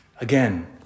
Again